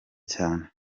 cyane